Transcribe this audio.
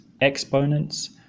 Exponents